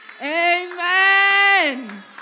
Amen